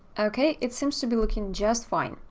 okay, it seems to be looking just fine.